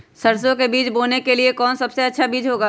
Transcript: सरसो के बीज बोने के लिए कौन सबसे अच्छा बीज होगा?